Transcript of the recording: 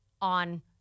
on